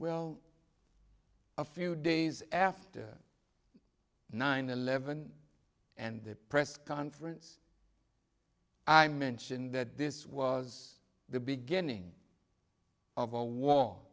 well a few days after nine eleven and the press conference i mentioned that this was the beginning of a war